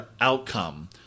outcome